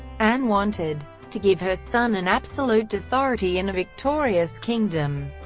anne wanted to give her son an absolute authority and a victorious kingdom.